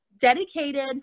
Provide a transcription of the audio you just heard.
dedicated